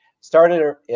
started